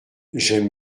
j’aime